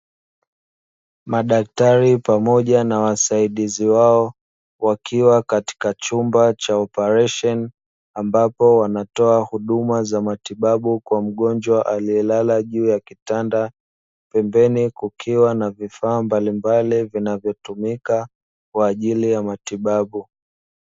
Madaktari pamoja na wasaidizi wao wakiwa katika chumba cha oparesheni, ambapo wanatoa huduma za matibabu kwa mgonjwa aliyelala juu kitanda pembeni kukiwa na vifaa mbalimbali vinavyotumika kwa ajili ya matibabu.